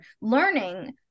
learning